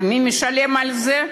ומי משלם על זה?